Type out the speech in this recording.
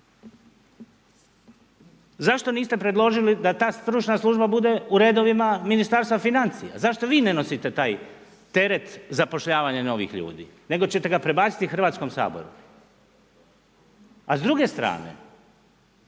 Zašto niste predložili da ta stručna služba bude u redovima Ministarstva financija? Zašto vi ne nosite taj teret zapošljavanja novih ljudi, nego ćete ga prebaciti Hrvatskom saboru? A s druge strane,